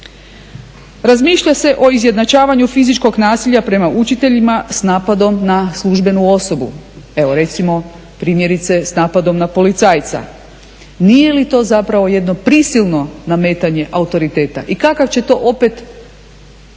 Razmišlja se o izjednačavanju fizičkog nasilja prema učiteljima sa napadom na službenu osobu, evo recimo s napadom na policajca. Nije li to zapravo jedno prisilno nametanje autoriteta? I kakav će to opet,